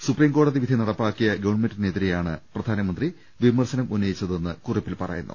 supreme കോടതി വിധി നടപ്പാ ക്കിയ ഗവൺമെന്റിനെതിരെയാണ് പ്രധാനമന്ത്രി വിമർശനം ഉന്നയിച്ചതെന്ന് കുറിപ്പിൽ പറയുന്നു